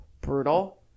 brutal